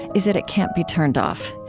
is that it can't be turned off.